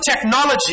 technology